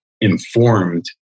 informed